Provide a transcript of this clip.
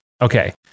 Okay